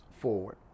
forward